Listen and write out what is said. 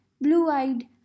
blue-eyed